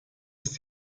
ist